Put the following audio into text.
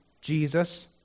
Jesus